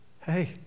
hey